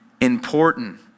important